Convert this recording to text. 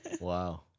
Wow